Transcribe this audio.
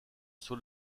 sur